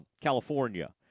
California